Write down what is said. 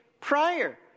prior